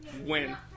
win